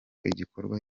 igikorwa